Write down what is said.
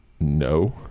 no